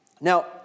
Now